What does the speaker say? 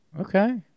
okay